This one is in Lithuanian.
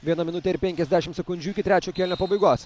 viena minutė ir penkiasdešimt sekundžių iki trečio kėlinio pabaigos